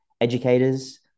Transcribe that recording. educators